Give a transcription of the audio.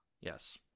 Yes